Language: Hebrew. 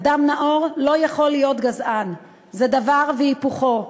אדם נאור לא יכול להיות גזען, זה דבר והיפוכו.